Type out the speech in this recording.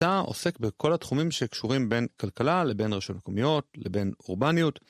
היא עוסק בכל התחומים שקשורים בין כלכלה לבין רשויות מקומיות לבין אורבניות.